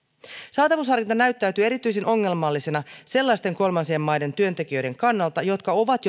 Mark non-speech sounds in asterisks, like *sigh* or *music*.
saatavuusharkinta näyttäytyy erityisen ongelmallisena sellaisten kolmansien maiden työntekijöiden kannalta jotka ovat *unintelligible*